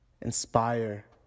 inspire